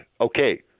okay